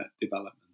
development